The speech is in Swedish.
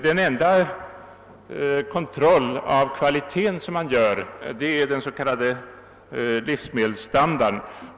Den enda kontrollen av kvaliteten som görs gäller den s.k. livsmedelsstandarden.